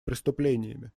преступлениями